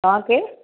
तव्हां केरु